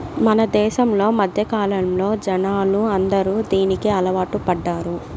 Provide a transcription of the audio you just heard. మన దేశంలో మధ్యకాలంలో జనాలు అందరూ దీనికి అలవాటు పడ్డారు